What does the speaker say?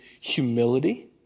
humility